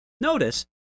Notice